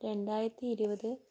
രണ്ടായിരത്തി ഇരുപത്